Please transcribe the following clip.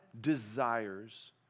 desires